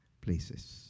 places